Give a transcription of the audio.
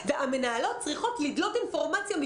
הילדים האלה זקוקים לטיפולים האלה.